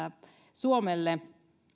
suomelle